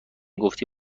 گفتی